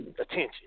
attention